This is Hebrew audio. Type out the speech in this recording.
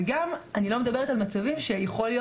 וגם אני לא מדברת על מצבים שיכול להיות